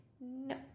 No